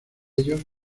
ellos